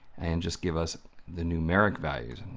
and just give us the numeric values.